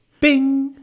Bing